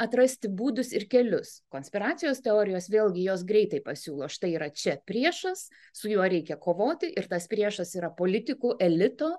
atrasti būdus ir kelius konspiracijos teorijos vėlgi jos greitai pasiūlo štai yra čia priešas su juo reikia kovoti ir tas priešas yra politikų elito